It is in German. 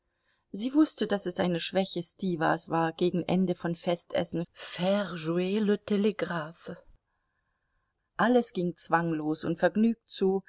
sie wußte daß es eine schwäche stiwas war gegen ende von festessen faire jouer le tlgraphe alles ging zwanglos und vergnügt zu